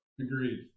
agreed